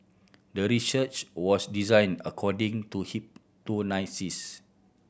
the research was designed according to hip to